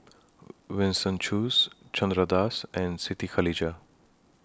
Winston Choos Chandra Das and Siti Khalijah